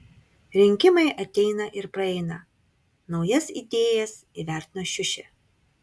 rinkimai ateina ir praeina naujas idėjas įvertino šiušė